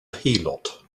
heelot